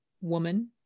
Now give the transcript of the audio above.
woman